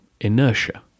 inertia